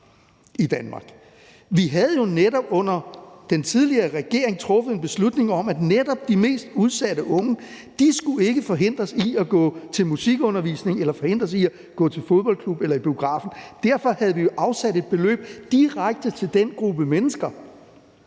Vi havde jo netop under den tidligere regering truffet en beslutning om, at netop de mest udsatte unge ikke skulle forhindres i at gå til musikundervisning eller forhindres i at gå til fodbold eller i biografen. Derfor havde vi jo afsat et beløb direkte til den gruppe mennesker,